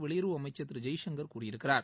வெளியுறவு அமைச்சர் திருஜெய்சங்கர் கூறியிருக்கிறார்